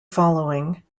following